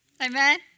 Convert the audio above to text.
Amen